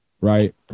Right